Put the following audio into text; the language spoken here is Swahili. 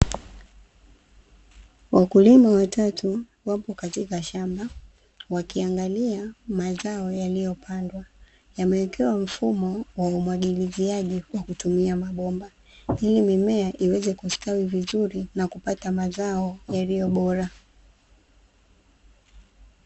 Wakulima watatu wapo katika shamba wakiangalia mazao yaliyopandwa, yamewekewa mfumo wa umwagiliaji kwa kutumia mabomba, ili mimea iweze kustawi vizuri na kupata mazao yaliyo bora.